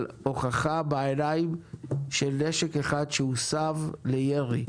אבל הוכחה בעיניים של נשק אחד שהוסב לירי.